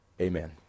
Amen